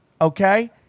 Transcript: okay